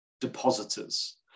depositors